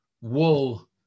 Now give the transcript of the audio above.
wool